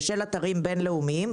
ושל אתרים בין-לאומיים,